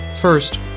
First